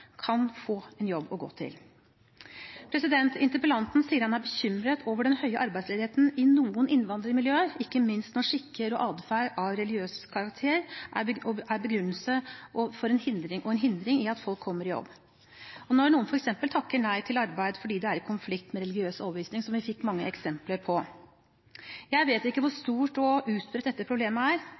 kan og har helse til det, kan få en jobb å gå til. Interpellanten sier han er bekymret over den høye arbeidsledigheten i noen innvandrermiljøer, ikke minst når skikker og adferd av religiøs karakter er begrunnelsen og en hindring for at folk kommer i jobb, f.eks. når noen takker nei til arbeid fordi det er i konflikt med religiøs overbevisning, som vi fikk mange eksempler på. Jeg vet ikke hvor stort og utbredt dette problemet er.